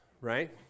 right